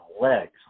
legs